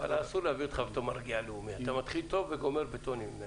לעשות בדיקה אקראית, ולהגיד, אתם עומדים בדקה,